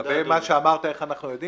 לגבי מה שאמרת איך אנחנו יודעים.